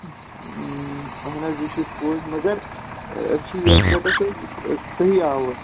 اَہن حظ یہِ چھُ پوٚز مگر أسۍ چھِ یَتھ رٮ۪تَس أسۍ صحیح آوُر